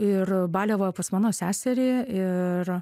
ir baliavojo pas mano seserį ir